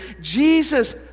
Jesus